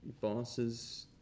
bosses